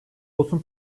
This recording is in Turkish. olsun